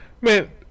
Man